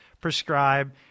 prescribe